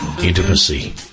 intimacy